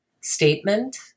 statement